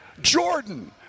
Jordan